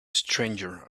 stranger